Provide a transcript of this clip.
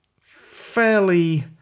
fairly